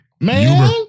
Man